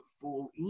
full